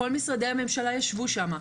כל משרדי הממשלה ישבו שם,